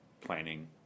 planning